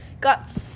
got